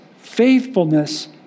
faithfulness